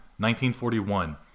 1941